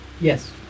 Yes